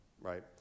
right